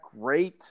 great